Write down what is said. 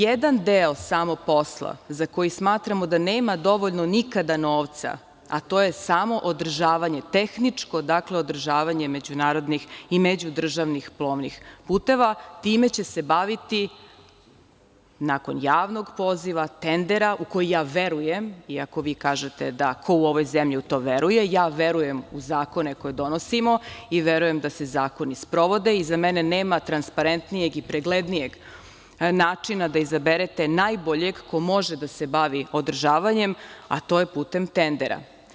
Jedan deo samog posla, za koji smatramo da nema dovoljno nikada novca, a to je samoodržavanje, tehničko održavanje međunarodnih i međudržavnih plovnih puteva, time će se baviti nakon javnog poziva, tendera, u koji ja verujem, iako vi kažete da ko u ovoj zemlji u to veruje, ja verujem u zakone koje donosimo, i verujem da se zakoni sprovode i za mene nema transparentnijeg i preglednijeg načina da izaberete najboljeg koji može da se bavi održavanjem, a to je putem tendera.